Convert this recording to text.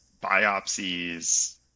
biopsies